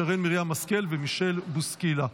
שרן מרים השכל ומישל בוסקילה.